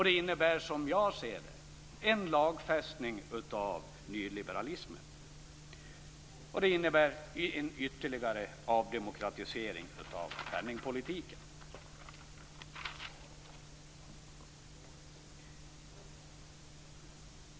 Det innebär också, som jag ser det, en lagfästning av nyliberalismen och en ytterligare avdemokratisering av penningpolitiken.